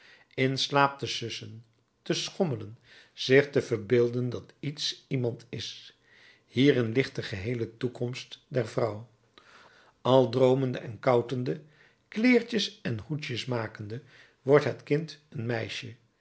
in slaap te sussen te schommelen zich te verbeelden dat iets iemand is hierin ligt de geheele toekomst der vrouw al droomende en koutende kleertjes en hoedjes makende wordt het kind een meisje